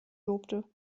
lobte